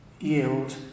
yield